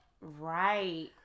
Right